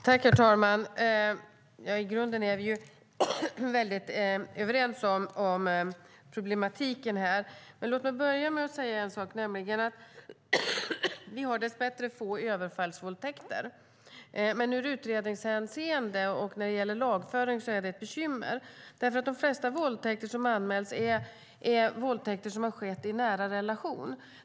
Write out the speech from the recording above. Herr talman! I grunden är vi väldigt överens om problematiken här. Låt mig börja med att säga en sak: Vi har dess bättre få överfallsvåldtäkter. Men ur utredningshänseende och när det gäller lagföring är detta ett bekymmer. De flesta våldtäkter som anmäls har skett i en nära relation.